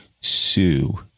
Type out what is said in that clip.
Sue